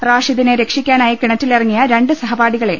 റാഷിദിനെ രക്ഷിക്കാനായി കിണറ്റിലിറങ്ങിയ രണ്ട് സഹപാഠികളെ